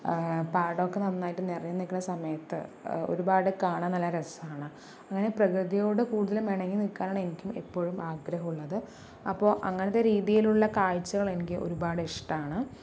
പാടമൊക്കെ നന്നായിട്ട് നിറഞ്ഞ് നിൽക്കുന്ന സമയത്ത് ഒരുപാട് കാണാൻ നല്ല രസമാണ് അങ്ങനെ പ്രകൃതിയോട് കൂടുതലും ഇണങ്ങി നീൽക്കാനാണ് എനിക്കും എപ്പോഴും ആഗ്രഹം ഉള്ളത് അപ്പോൾ അങ്ങനത്തെ രീതിയിലുള്ള കാഴ്ചകൾ എനിക്ക് ഒരുപാട് ഇഷ്ടമാണ്